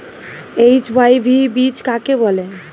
HYV বীজ কাকে বলে?